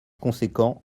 conséquent